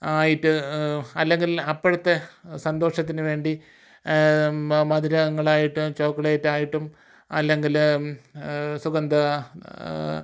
ആയിട്ട് അല്ലെങ്കിൽ അപ്പോഴത്തെ സന്തോഷത്തിന് വേണ്ടി മധുരങ്ങളായിട്ടും ചോക്ക്ലേറ്റ് ആയിട്ടും അല്ലെങ്കിൽ സുഗന്ധ